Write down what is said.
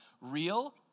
real